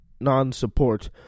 non-support